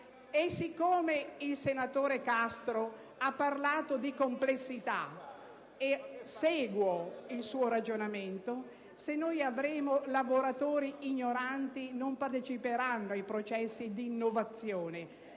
Siccome il senatore Castro ha parlato di complessità e io seguo il suo ragionamento, se noi avremo lavoratori ignoranti, essi non parteciperanno ai processi di innovazione.